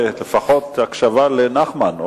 לפחות הקשבה לנחמן,